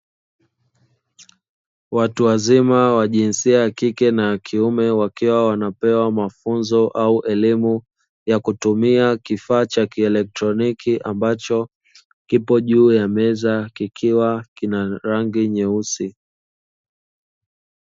Watu wazima wa jinsia ya kike na kiume wakiwa wanapewa mafunzo au elimu ya kutumia kifaa cha kielectroniki, kipo juu ya meza kikiwa na rangi nyeusi.